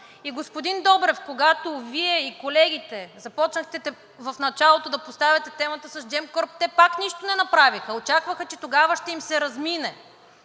И господин Добрев, когато Вие и колегите започнахте в началото да поставяте темата с Gemcorp, те пак нищо не направиха, очакваха, че тогава ще им се размине,